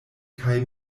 kaj